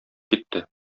китте